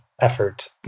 effort